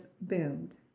boomed